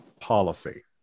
policy